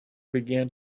began